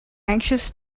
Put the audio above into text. anxious